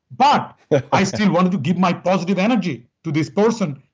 but yeah i still wanted to give my positive energy to this person,